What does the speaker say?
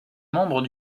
membres